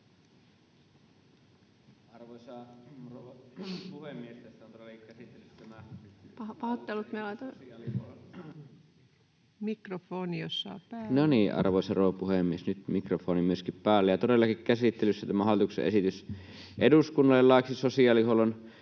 arvoisa rouva puhemies, nyt myöskin mikrofoni on päällä. Todellakin käsittelyssä on hallituksen esitys eduskunnalle laiksi sosiaalihuollon